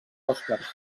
oscars